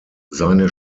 seine